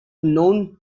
known